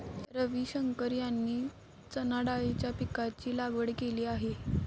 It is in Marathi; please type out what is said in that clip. रविशंकर यांनी चणाडाळीच्या पीकाची लागवड केली आहे